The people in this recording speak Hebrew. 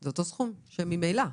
זה אותו סכום שממלא ישולם,